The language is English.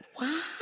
Wow